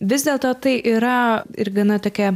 vis dėlto tai yra ir gana tokia